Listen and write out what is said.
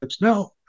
No